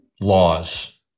laws